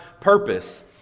purpose